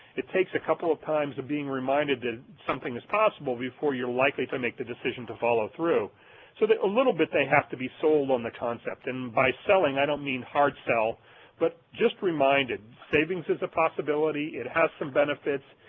it takes a couple of times of being reminded that something is possible before you're likely to make the decision to follow through. so a little bit they have to be sold on the concept. and by selling i don't mean hard sell but just reminded. savings is a possibility, it has some benefits,